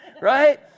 Right